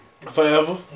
Forever